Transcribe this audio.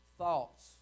thoughts